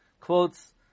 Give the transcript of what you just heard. quotes